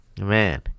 man